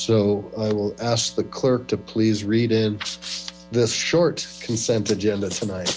so i will ask the clerk to please read this short consent agenda tonight